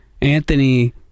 Anthony